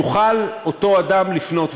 יוכל אותו אדם לפנות,